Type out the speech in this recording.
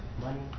money